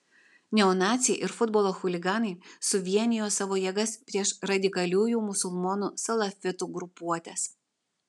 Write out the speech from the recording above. neonaciai ir futbolo chuliganai suvienijo savo jėgas prieš radikaliųjų musulmonų salafitų grupuotes